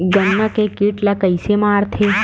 गन्ना के कीट ला कइसे मारथे?